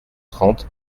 trente